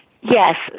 yes